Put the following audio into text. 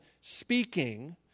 speaking